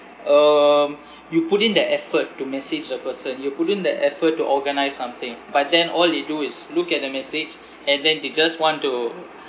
um you put in the effort to message a person you put in the effort to organise something but then all they do is look at the message and then they just want to